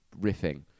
riffing